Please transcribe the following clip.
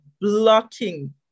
blocking